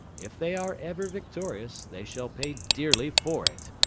if they are ever victorious, they shall pay dearly for it.